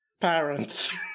parents